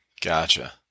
Gotcha